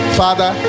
father